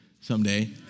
someday